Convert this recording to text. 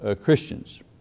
Christians